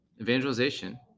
evangelization